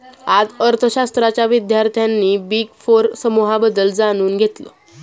आज अर्थशास्त्राच्या विद्यार्थ्यांनी बिग फोर समूहाबद्दल जाणून घेतलं